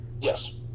Yes